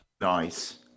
nice